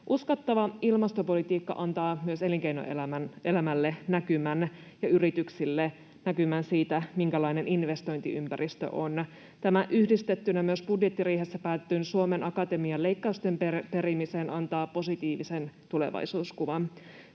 Uskottava ilmastopolitiikka antaa myös elinkeinoelämälle näkymän ja yrityksille näkymän siitä, minkälainen investointiympäristö on. Tämä yhdistettynä myös budjettiriihessä päätettyyn Suomen Akatemian leikkausten perumiseen antaa positiivisen tulevaisuuskuvan.